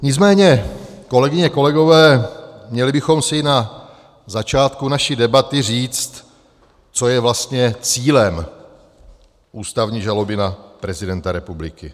Nicméně, kolegyně, kolegové, měli bychom si na začátku naší debaty říct, co je vlastně cílem ústavní žaloby na prezidenta republiky.